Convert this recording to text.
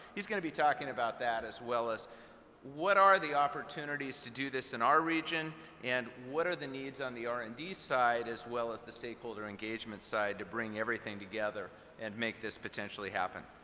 he's going to be talking about that as well as what are the opportunities to do this in our region and what are the needs on the r and d side as well as the stakeholder engagement side to bring everything together and make this potentially happen.